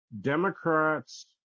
Democrats